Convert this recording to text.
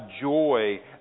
joy